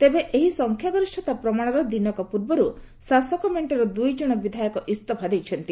ତେବେ ଏହି ସଂଖ୍ୟା ଗରିଷ୍ଠତାର ପ୍ରମାଣର ଦିନକ ପୂର୍ବରୁ ଶାସକ ମେଣ୍ଟର ଦୁଇଜଣ ବିଧାୟକ ଇସ୍ତଫା ଦେଇଛନ୍ତି